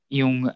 yung